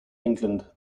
england